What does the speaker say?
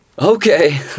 Okay